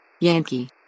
Yankee